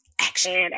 Action